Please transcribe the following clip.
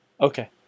Okay